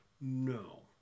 no